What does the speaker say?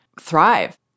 thrive